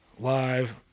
live